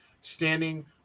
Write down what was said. standing